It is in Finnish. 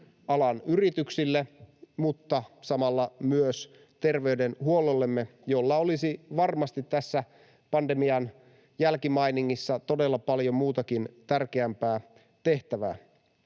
alan yrityksille mutta samalla myös terveydenhuollollemme, jolla olisi varmasti tässä pandemian jälkimainingissa todella paljon muutakin, tärkeämpää tehtävää.